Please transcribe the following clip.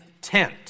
tent